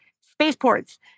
spaceports